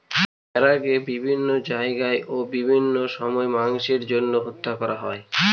ভেড়াকে বিভিন্ন জায়গায় ও বিভিন্ন সময় মাংসের জন্য হত্যা করা হয়